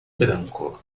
branco